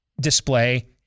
display